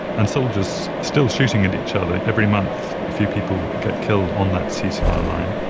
and soldiers still shooting at each other. every month a few people get killed on that ceasefire line.